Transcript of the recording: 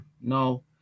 no